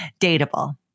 Dateable